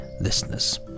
listeners